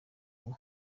ubu